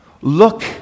Look